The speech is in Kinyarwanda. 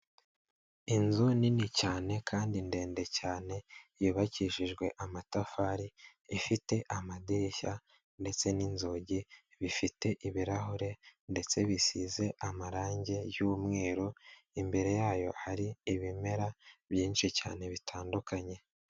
Inzu nini cyane kandi ndende cyane yubakishijwe amatafari, ifite amadirishya ndetse n'inzugi bifite ibirahure ndetse bisize amarangi y'umweru, imbere yayo hari ibimera byinshi cyane bitandukanye.